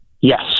Yes